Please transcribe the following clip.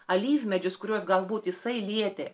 alyvmedžius kuriuos galbūt jisai lietė